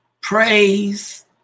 praise